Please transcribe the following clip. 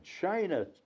China